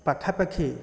ପାଖାପାଖି